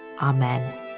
Amen